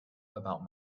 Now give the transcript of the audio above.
about